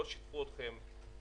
לא שיתפו אתכם?